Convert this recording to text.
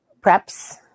preps